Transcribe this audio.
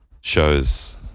shows